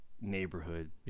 neighborhood